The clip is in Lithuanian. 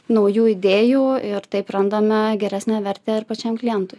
naujų idėjų ir taip randame geresnę vertę ir pačiam klientui